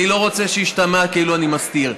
אני לא רוצה שישתמע כאילו אני מסתיר: